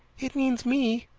it means me,